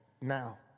now